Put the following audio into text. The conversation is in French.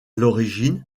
l’origine